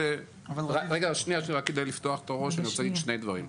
רק כדי לפתוח את הראש אני רוצה להגיד שני דברים.